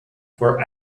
for